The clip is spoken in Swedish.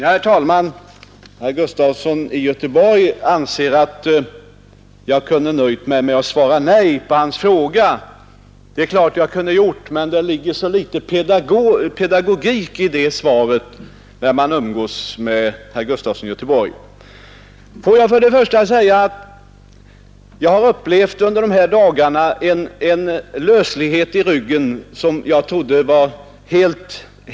Herr talman! Herr Gustafson i Göteborg anser att jag kunde ha nöjt mig med att svara nej på hans fråga. Det är klart att jag kunde ha gjort, men det ligger mycket litet pedagogik i det svaret när man umgås med herr Gustafson i Göteborg. Får jag börja med att säga att jag under dessa dagar har upplevt en löslighet i ryggen som jag trodde var helt omöjlig.